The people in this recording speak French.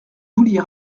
vouliez